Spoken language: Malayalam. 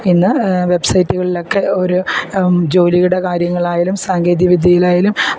ഇന്ന് വെബ്സൈറ്റുകളിലൊക്കെ ഒരു ജോലിയുടെ കാര്യങ്ങൾ ആയാലും സാങ്കേതികവിദ്യയിലായാലും